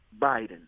Biden